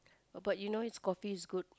uh but you know his coffee is good